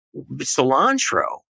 cilantro